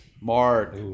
Mark